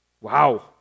Wow